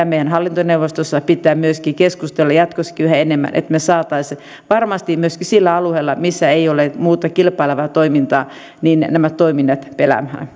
meidän hallintoneuvostossa pitää myöskin keskustella jatkossakin yhä enemmän että me saisimme varmasti myöskin sillä alueella missä ei ole muuta kilpailevaa toimintaa nämä toiminnat pelaamaan